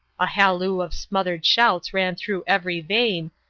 a halloo of smothered shouts ran through every vein.